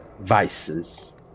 vices